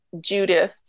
Judith